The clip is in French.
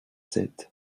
sept